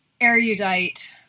erudite